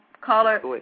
Caller